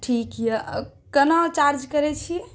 ठीक ये अँ कोना चार्ज करै छियै